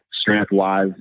strength-wise